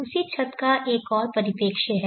उसी छत का एक और परिप्रेक्ष्य है